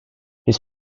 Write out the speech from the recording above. his